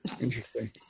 Interesting